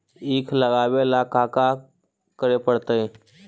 ईख लगावे ला का का करे पड़तैई?